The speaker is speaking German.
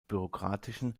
bürokratischen